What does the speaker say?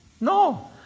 No